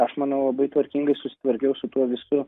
aš manau labai tvarkingai susitvarkiau su tuo visu